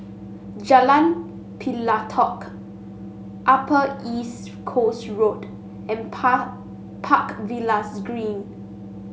Jalan Pelatok Upper East Coast Road and Par Park Villas Green